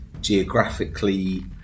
geographically